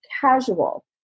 casual